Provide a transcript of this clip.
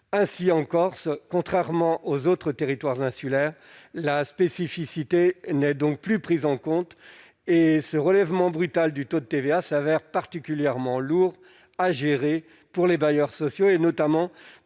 Ainsi, contrairement aux autres territoires insulaires, la spécificité n'est donc plus prise en compte en Corse. Ce relèvement brutal du taux de TVA s'avère particulièrement lourd à gérer pour les bailleurs sociaux, notamment